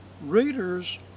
readers